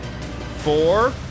four